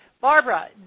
barbara